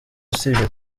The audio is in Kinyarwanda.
usibye